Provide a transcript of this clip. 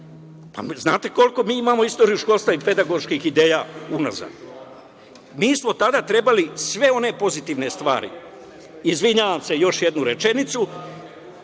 znate li koliku mi imamo istoriju školstva i pedagoških ideja unazad? Mi smo tada trebali sve one pozitivne stvari, izvinjavam se, još jednu rečenicu,